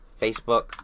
Facebook